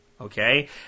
okay